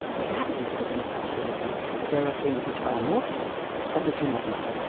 but that leaves open the possibility that there are things which are mortal but which are not men.